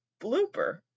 blooper